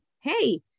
Hey